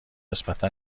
نسبتا